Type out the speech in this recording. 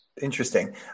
interesting